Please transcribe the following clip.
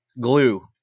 glue